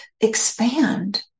expand